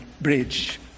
bridge